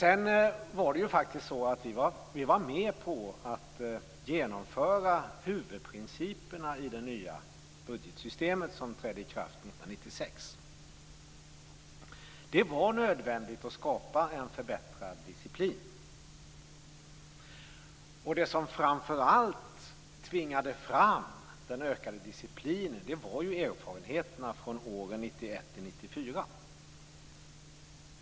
Men vi var faktiskt med på att genomföra huvudprinciperna i det nya budgetsystemet som trädde i kraft 1996. Det var nödvändigt att skapa en förbättrad disciplin. Det som framför allt tvingade fram den ökade disciplinen var erfarenheterna från åren 1991 1994.